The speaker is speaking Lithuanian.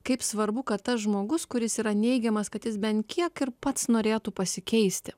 kaip svarbu kad tas žmogus kuris yra neigiamas kad jis bent kiek pats norėtų pasikeisti